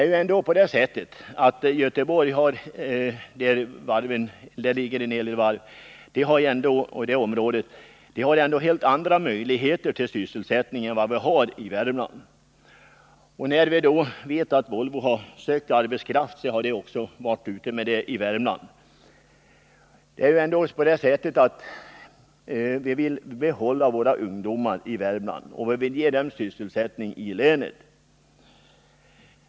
I Göteborg och i området kring Göteborg, där en hel del varv finns, har man andra möjligheter till sysselsättning än vad man har i Värmland. Vi vet att Volvo har varit ute i landet och värvat arbetskraft, och det har man gjort också i Värmland. Men vi vill behålla våra ungdomar i Värmland, och vi vill ge dem sysselsättning i länet.